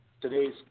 today's